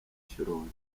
shyorongi